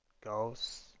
ghosts